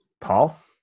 paul